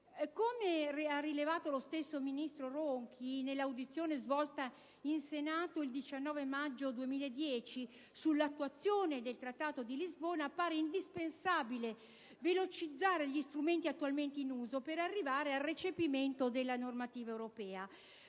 Come ha rilevato lo stesso ministro Ronchi nell'audizione svolta al Senato il 19 maggio 2010 sull'attuazione del Trattato di Lisbona, appare indispensabile velocizzare gli strumenti attualmente in uso per arrivare al recepimento della normativa europea.